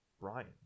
Brian